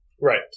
Right